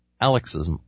Alex's